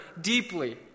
deeply